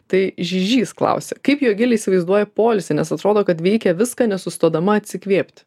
tai žižys klausia kaip jogilė įsivaizduoja poilsį nes atrodo kad veikia viską nesustodama atsikvėpt